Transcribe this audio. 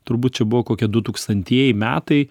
turbūt čia buvo kokie du tūkstantieji metai